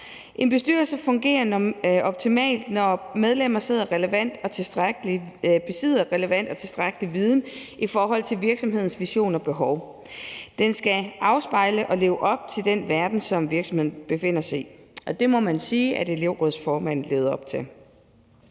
En bestyrelse fungerer optimalt, når medlemmer besidder relevant og tilstrækkelig viden i forhold til virksomhedens vision og behov. Den skal afspejle og leve op til den verden, som virksomheden befinder sig i. Og det må man sige at elevrådsformanden levede op til.